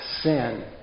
sin